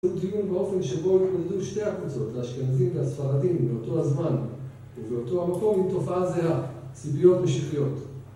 זהו דיון באופן שבו נולדו שתי הקבוצות, האשכנזים והספרדים באותו הזמן ובאותו המקום, עם תופעה זהה, ציביון משיחיות.